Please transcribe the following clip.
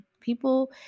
People